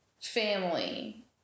family